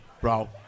bro